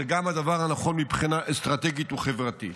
זה גם הדבר הנכון מבחינה אסטרטגית וחברתית.